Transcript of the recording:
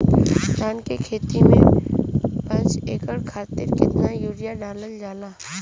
धान क खेती में पांच एकड़ खातिर कितना यूरिया डालल जाला?